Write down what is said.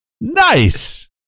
nice